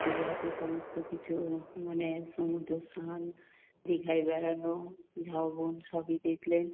দীঘাতে সমস্ত কিছু মানে সমুদ্র স্নান দীঘায় বেড়ানো ঝাউবন সবই দেখলেন